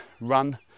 run